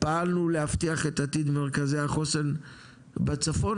פעלנו להבטיח את עתיד מרכזי החוסן בצפון,